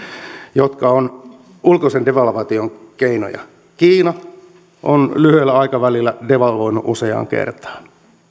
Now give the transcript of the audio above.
jotka ovat ulkoisen devalvaation keinoja kiina on lyhyellä aikavälillä devalvoinut useaan kertaan